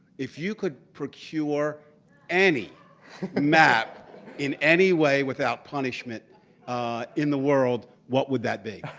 if you could procure any map in any way without punishment in the world, what would that be?